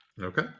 Okay